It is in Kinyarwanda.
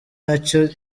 ntacyo